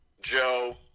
Joe